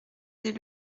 des